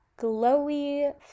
glowy